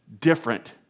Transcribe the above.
different